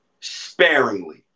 sparingly